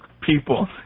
people